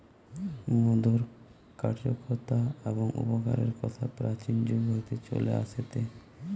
মধুর কার্যকতা এবং উপকারের কথা প্রাচীন যুগ হইতে চলে আসেটে